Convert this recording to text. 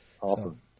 Awesome